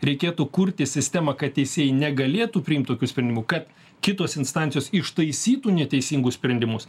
reikėtų kurti sistemą kad teisėjai negalėtų priimt tokių sprendimų kad kitos instancijos ištaisytų neteisingus sprendimus